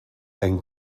and